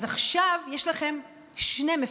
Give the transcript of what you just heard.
אז עכשיו יש לכם שני מפקדים,